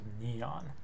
neon